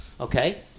Okay